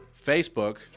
Facebook